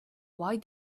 why